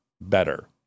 better